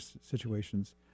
situations